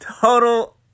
Total